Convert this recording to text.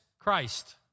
Christ